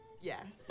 Yes